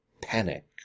panic